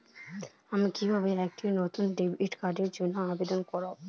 আমি কিভাবে একটি নতুন ডেবিট কার্ডের জন্য আবেদন করব?